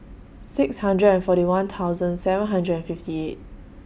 six hundred and forty one thousand seven hundred and fifty eight